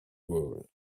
world